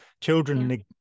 Children